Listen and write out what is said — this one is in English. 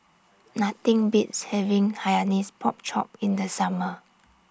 Nothing Beats having Hainanese Pork Chop in The Summer